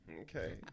Okay